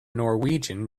norwegian